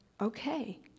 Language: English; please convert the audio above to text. okay